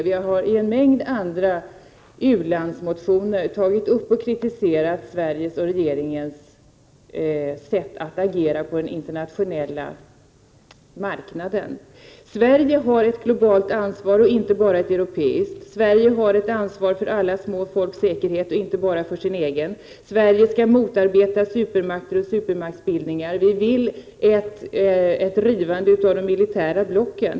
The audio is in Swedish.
Vi har i en mängd andra u-landsmotioner tagit upp och kritiserat Sveriges och regeringens sätt att agera på den internationella marknaden. Sverige har ett globalt ansvar och inte bara ett europeiskt. Sverige har ett ansvar för alla små folks säkerhet och inte bara för sin egen. Sverige skall motarbeta supermakter och supermaktsbildningar. Vi vill att det skall ske en rivning av de militära blocken.